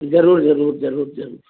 ज़रूरु ज़रूरु ज़रूरु ज़रूरु